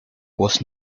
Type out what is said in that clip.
was